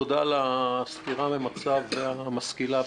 תודה על הסקירה הממצה והמשכילה,